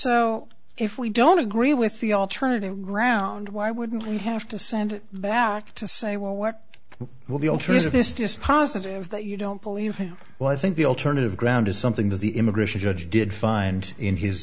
so if we don't agree with the alternative ground why wouldn't we have to send it back to say well what will be altered is this just positive that you don't believe well i think the alternative ground is something that the immigration judge did find in his